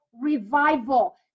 revival